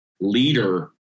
leader